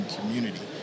community